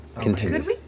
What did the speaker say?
continues